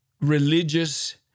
religious